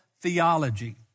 theology